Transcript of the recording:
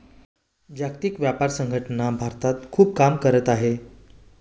जागतिक व्यापार संघटना भारतात खूप काम करत आहे